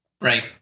Right